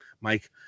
Mike